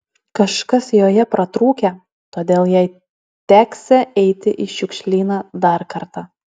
kažkas joje pratrūkę todėl jai teksią eiti į šiukšlyną dar kartą